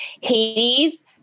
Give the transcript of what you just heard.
Hades